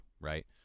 right